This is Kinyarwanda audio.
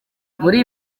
muri